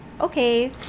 okay